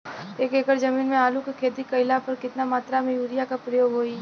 एक एकड़ जमीन में आलू क खेती कइला पर कितना मात्रा में यूरिया क प्रयोग होई?